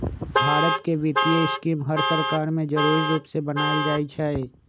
भारत के वित्तीय स्कीम हर सरकार में जरूरी रूप से बनाएल जाई छई